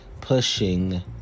pushing